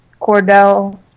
Cordell